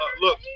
Look